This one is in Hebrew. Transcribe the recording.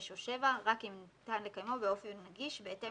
6 או 7 רק אם ניתן לקיימו באופן נגיש בהתאם